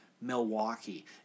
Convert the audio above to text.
milwaukee